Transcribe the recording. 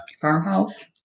farmhouse